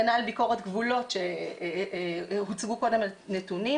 כנ"ל ביקורת גבולות שהוצגו קודם נתונים.